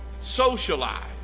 socialize